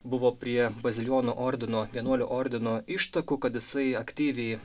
buvo prie bazilijonų ordino vienuolių ordino ištakų kad jisai aktyviai